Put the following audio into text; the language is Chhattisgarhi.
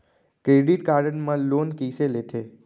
क्रेडिट कारड मा लोन कइसे लेथे?